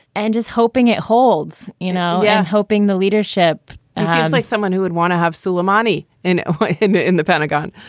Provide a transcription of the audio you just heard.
and just hoping it holds, you know. yeah hoping the leadership sounds like someone who would want to have suleimani in the in the pentagon.